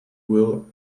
will